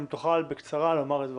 אם תוכל בקצרה לומר את דבריך.